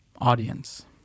audience